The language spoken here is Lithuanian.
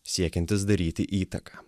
siekiantys daryti įtaką